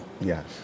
Yes